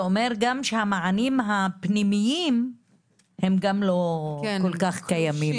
זה אומר שגם המענים הפנימיים לא כל כך קיימים.